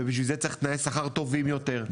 בשביל זה צריך תנאי שכר טובים יותר,